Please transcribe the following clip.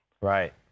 Right